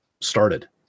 started